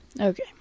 Okay